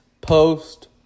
post